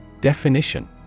Definition